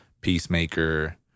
Peacemaker